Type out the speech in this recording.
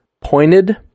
pointed